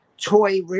toy